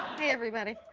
hey, everybody.